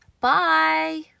Bye